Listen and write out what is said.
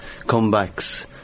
comebacks